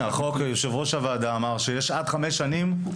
יושב-ראש הוועדה אמר שיש עד חמש שנים.